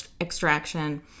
extraction